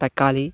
తక్కాలి